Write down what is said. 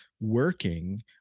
working